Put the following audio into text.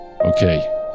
Okay